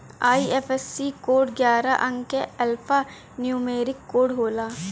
IFSC code ग्यारह अंक क एल्फान्यूमेरिक कोड होला